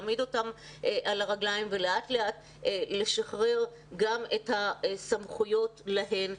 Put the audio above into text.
להעמיד אותן על הרגליים ולאט לאט לשחרר גם את הסמכויות ולתת להן.